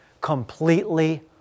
completely